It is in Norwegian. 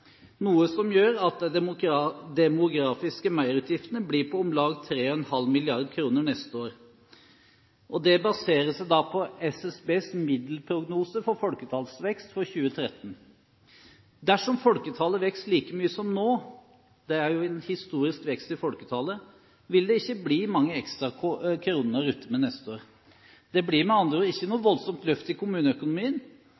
noe som gjør at de demografiske merutgiftene blir på om lag 3,5 mrd. kr neste år. Det baserer seg på SSBs middelprognose for folketallsvekst for 2013. Dersom folketallet vokser like mye som nå – det er jo en historisk vekst i folketallet – vil det ikke bli mange ekstra kronene å rutte med neste år. Det blir med andre ord ikke